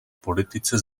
politice